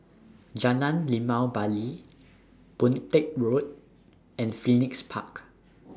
Jalan Limau Bali Boon Teck Road and Phoenix Park